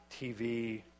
TV